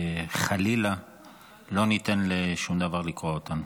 ושחלילה לא ניתן לשום דבר לקרוע אותנו.